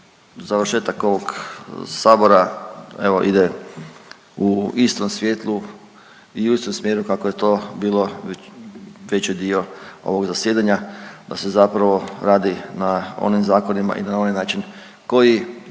završetak ovog sabora evo ide u istom svjetlu i u istom smjeru kako je to bilo veći dio ovog zasjedanja, da se zapravo radi na onim zakonima i na onaj način koji